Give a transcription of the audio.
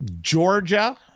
Georgia